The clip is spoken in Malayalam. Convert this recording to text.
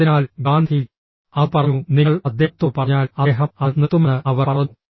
അതിനാൽ ഗാന്ധി അത് പറഞ്ഞു നിങ്ങൾ അദ്ദേഹത്തോട് പറഞ്ഞാൽ അദ്ദേഹം അത് നിർത്തുമെന്ന് അവർ പറഞ്ഞു